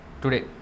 today